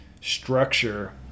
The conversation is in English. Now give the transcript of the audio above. Structure